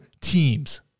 teams